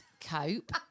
cope